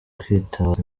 kwitabaza